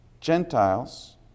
Gentiles